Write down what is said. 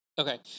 Okay